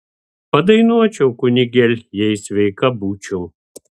padainuočiau kunigėl jei sveika būčiau